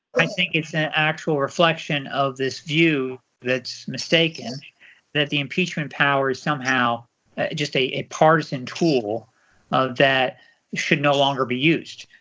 i think it's an actual reflection of this view that's mistaken that the impeachment power is somehow just a partisan tool that should no longer be used.